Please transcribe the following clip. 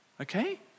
Okay